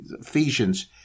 Ephesians